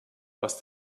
was